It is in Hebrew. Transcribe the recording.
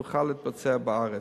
היא תוכל להתבצע בארץ.